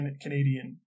Canadian